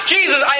Jesus